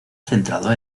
centrado